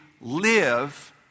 live